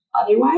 otherwise